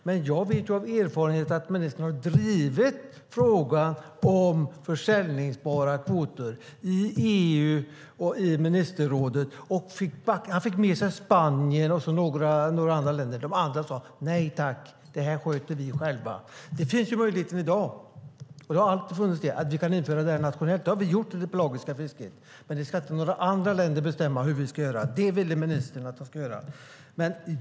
Men jag vet av erfarenhet att ministern har drivit frågan om säljbara kvoter i EU och i ministerrådet och fått med sig Spanien och några andra länder. De andra sade: Nej, tack! Det här sköter vi själva. I dag finns, och det har alltid funnits, möjligheten att vi kan införa det här nationellt. Det har vi gjort i det pelagiska fisket. Det är inte andra länder som ska bestämma hur vi ska göra. Det ville ministern att de skulle göra.